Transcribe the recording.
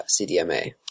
CDMA